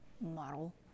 Model